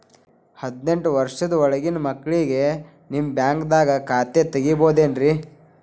ಹದಿನೆಂಟು ವರ್ಷದ ಒಳಗಿನ ಮಕ್ಳಿಗೆ ನಿಮ್ಮ ಬ್ಯಾಂಕ್ದಾಗ ಖಾತೆ ತೆಗಿಬಹುದೆನ್ರಿ?